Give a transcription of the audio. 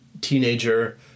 teenager